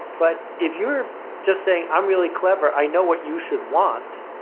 but if you're just saying, i'm really clever i know what you should want,